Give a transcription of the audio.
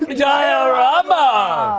diorama.